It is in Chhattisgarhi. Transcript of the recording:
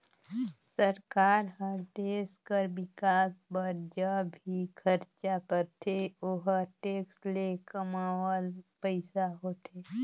सरकार हर देस कर बिकास बर ज भी खरचा करथे ओहर टेक्स ले कमावल पइसा होथे